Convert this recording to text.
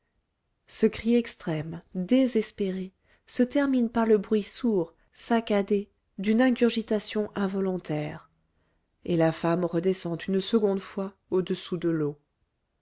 ce cri extrême désespéré se termine par le bruit sourd saccadé d'une ingurgitation involontaire et la femme redescend une seconde fois au-dessous de l'eau